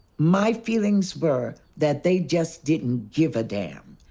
my feelings were that they just didn't give a damn.